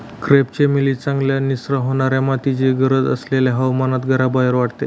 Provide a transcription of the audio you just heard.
crepe चमेली चांगल्या निचरा होणाऱ्या मातीची गरज असलेल्या हवामानात घराबाहेर वाढते